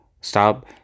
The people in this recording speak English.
Stop